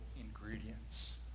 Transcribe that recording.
ingredients